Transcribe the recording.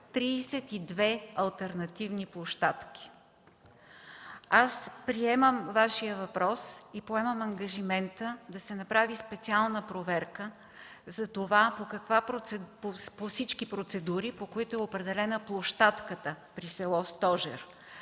32 алтернативни площадки. Приемам Вашия въпрос и поемам ангажимента да се направи специална проверка по всички процедури, по които е определена площадката при село Стожер.